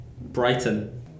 Brighton